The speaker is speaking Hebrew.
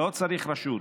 לא צריך רשות,